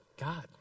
God